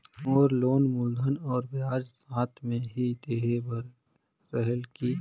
मोर loan मूलधन और ब्याज साथ मे ही देहे बार रेहेल की?